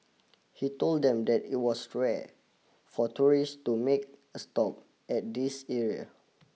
he told them that it was rare for tourists to make a stop at this area